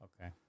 Okay